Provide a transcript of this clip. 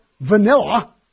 vanilla